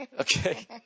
Okay